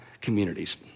communities